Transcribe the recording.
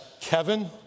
Kevin